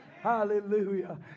Hallelujah